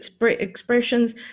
expressions